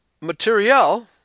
material